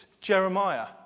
Jeremiah